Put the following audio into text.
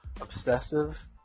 obsessive